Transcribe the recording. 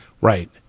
Right